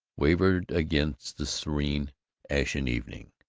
wavered against the serene ashen evening.